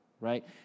right